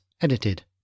edited